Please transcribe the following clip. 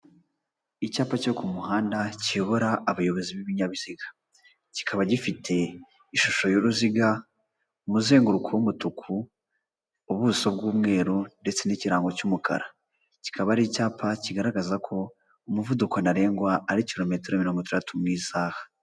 Icyapa cyo ku muhanda kiyobora abayobozi b'ibinyabiziga, kikaba gifite ishusho y'uruziga umuzenguruko w'umutuku ubuso bw'umweru ndetse n'ikirango cy'umukara, kikaba ari icyapa kigaragaza ko umuvuduko ntarengwa ari kilometero mirongo itandatu mu isaha.